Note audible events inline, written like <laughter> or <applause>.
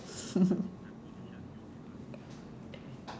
<laughs>